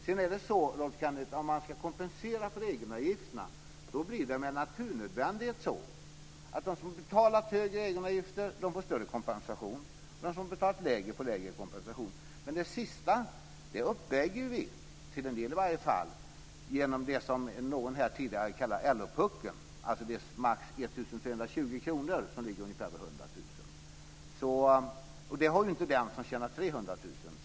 Sedan är det med naturnödvändighet så att om man ska kompensera för egenavgifterna då får de som har betalat högre egenavgifter större kompensation medan de som har betalat lägre av gifter får lägre kompensation. Men det sistnämnda uppvägs i varje fall till en del genom det som någon här tidigare kallade för LO-puckeln, dvs. de 1 320 kr som ligger ungefär vid 100 000 kr. Men det berör ju inte den som tjänar 300 000 kr.